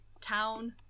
town